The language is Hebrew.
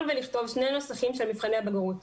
ולכתוב שני נוסחים של מבחני הבגרות: